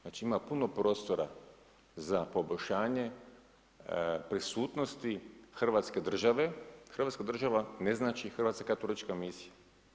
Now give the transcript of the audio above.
Znači ima puno prostora za poboljšanje prisutnosti hrvatske države, hrvatska država ne znači Hrvatska katolička misija.